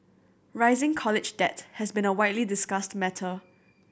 rising college debt has been a widely discussed matter